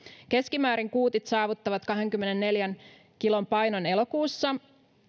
keskimäärin kuutit saavuttavat kahdenkymmenenneljän kilon painon elokuussa